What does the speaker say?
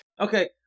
Okay